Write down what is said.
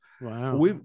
Wow